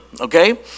okay